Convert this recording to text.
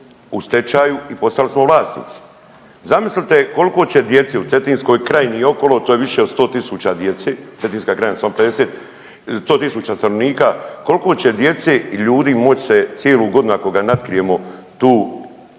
stečaju i postali smo vlasnici. Zamislite koliko će djece u Cetinskoj krajini i okolo, to je više od 100 000 djece, Cetinska krajina samo 50, 100 000 stanovnika koliko će djece, ljudi moći se cijelu godinu ako ga natkrijemo tu